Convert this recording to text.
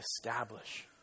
establish